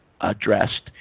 addressed